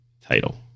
title